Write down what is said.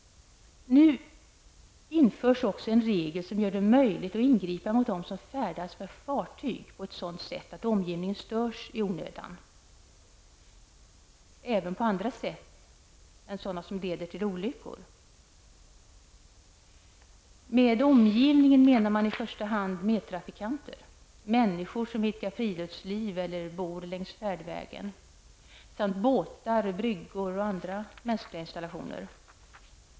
Nu införs även en regel som gör det möjligt att ingripa mot dem som färdas med fartyg på ett sådant sätt att omgivningen störs i onödan även på andra sätt än genom olyckor. Med omgivningen menar man i första hand medtrafikanter, människor som idkar friluftsliv eller bor längs färdvägen, samt båtar, bryggor och andra mänskliga installationer.